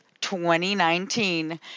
2019